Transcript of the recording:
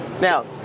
Now